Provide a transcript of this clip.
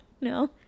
No